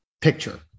picture